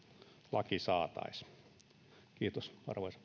laki saataisiin kiitos arvoisa